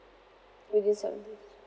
within seven days